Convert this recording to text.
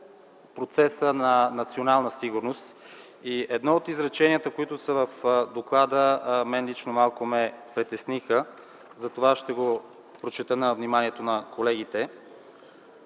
процеса на Национална сигурност. И едно от изреченията, които са в доклада, мен лично малко ме притесни. Затова ще го прочета на вниманието на колегите: